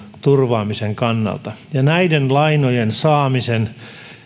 turvaamisen kannalta ja näiden lainojen saamisen